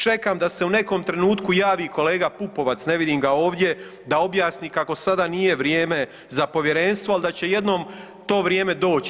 Čekam da se u nekom trenutku javi kolega Pupovac, ne vidim ga ovdje da objasni kako sada nije vrijeme za povjerenstvo, ali da će jednom to vrijeme doći.